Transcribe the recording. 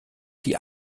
die